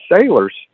sailors